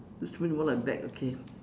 this look more like bag okay